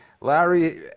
Larry